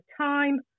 time